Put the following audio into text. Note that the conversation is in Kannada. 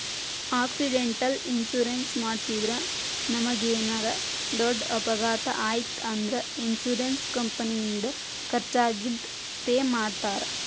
ಆಕ್ಸಿಡೆಂಟಲ್ ಇನ್ಶೂರೆನ್ಸ್ ಮಾಡಿಸಿದ್ರ ನಮಗೇನರ ದೊಡ್ಡ ಅಪಘಾತ ಆಯ್ತ್ ಅಂದ್ರ ಇನ್ಶೂರೆನ್ಸ್ ಕಂಪನಿಯಿಂದ ಖರ್ಚಾಗಿದ್ ಪೆ ಮಾಡ್ತಾರಾ